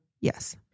Yes